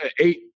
eight